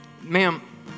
ma'am